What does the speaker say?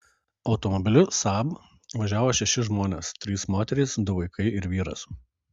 automobiliu saab važiavo šeši žmonės trys moterys du vaikai ir vyras